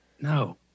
No